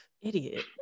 idiot